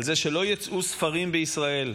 על זה שלא יצאו ספרים בישראל,